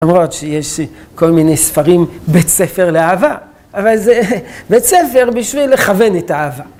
למרות שיש כל מיני ספרים בית ספר לאהבה, אבל זה בית ספר בשביל לכוון את האהבה.